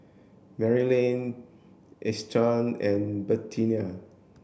Maryanne Eustace and Bertina